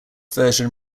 version